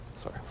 sorry